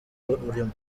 urimo